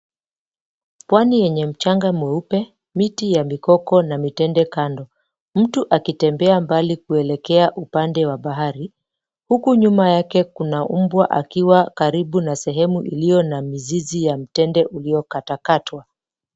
Pwani yenye mchanga mweupe, miti ya mikoko na mitende kando. Mtu akitembea mbali kuelekea upande wa bahari, huku nyuma yake kuna mbwa akiwa karibu na sehemu iliyo na mizizi ya mtende uliokatakatwa.